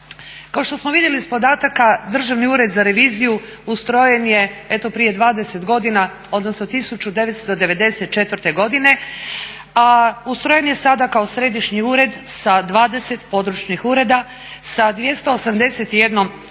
Kao što smo vidjeli iz podataka, Državni ured za reviziju ustrojen je prije 20 godina odnosno 1994. godine, a ustrojen je sada kao središnji ured sa 20 područnih ureda, sa 281